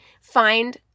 find